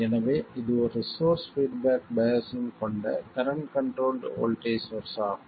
எனவே இது ஒரு சோர்ஸ் பீட்பேக் பையாஸ்ஸிங் கொண்ட கரண்ட் கண்ட்ரோல்ட் வோல்ட்டேஜ் சோர்ஸ் ஆகும்